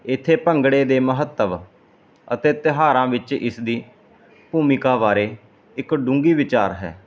ਇੱਥੇ ਭੰਗੜੇ ਦੇ ਮਹੱਤਵ ਅਤੇ ਤਿਉਹਾਰਾਂ ਵਿੱਚ ਇਸਦੀ ਭੂਮਿਕਾ ਬਾਰੇ ਇੱਕ ਡੂੰਘੀ ਵਿਚਾਰ ਹੈ